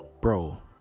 Bro